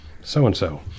so-and-so